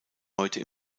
heute